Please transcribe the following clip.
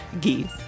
geese